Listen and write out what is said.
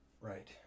Right